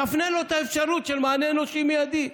היא תפנה לו אפשרות של מענה אנושי מיידי.